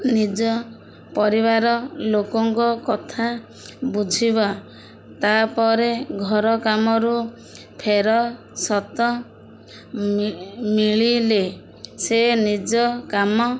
ନିଜ ପରିବାର ଲୋକଙ୍କ କଥା ବୁଝିବା ତାପରେ ଘର କାମରୁ ଫେରସତ ମିଳିଲେ ସେ ନିଜ କାମ